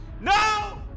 No